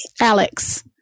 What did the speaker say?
Alex